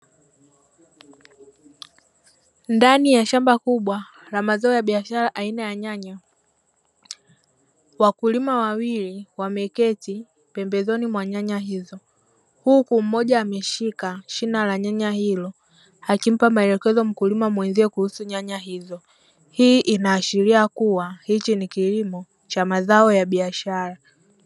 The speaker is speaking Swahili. Ndani ya shamba kubwa la mazao ya biashara aina ya nyanya, wakulima wawili wameketi pembezoni mwa nyanya hizo huku mmoja ameshika shina la nyanya hilo, akimpa maelekezo mkulima mwenzie kuhusu nyanya hizo; hii inaashiria kuwa hichi ni kilimo cha mazao ya biashara.